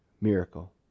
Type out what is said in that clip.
miracle